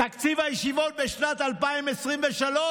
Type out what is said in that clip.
תקציב הישיבות בשנת 2023,